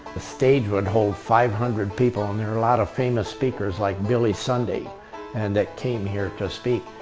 the stage would hold five hundred people, and there were a lot of famous speakers like billy sunday and that came here to speak.